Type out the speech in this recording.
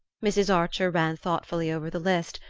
mrs. archer ran thoughtfully over the list,